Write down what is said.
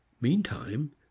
meantime